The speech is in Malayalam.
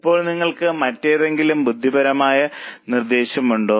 ഇപ്പോൾ നിങ്ങൾക്ക് മറ്റെന്തെങ്കിലും ബുദ്ധിപരമായ നിർദ്ദേശമുണ്ടോ